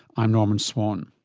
i'm norman swan.